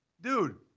dude